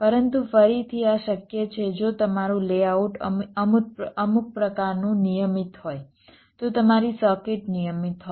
પરંતુ ફરીથી આ શક્ય છે જો તમારું લેઆઉટ અમુક પ્રકારનું નિયમિત હોય તો તમારી સર્કિટ નિયમિત હોય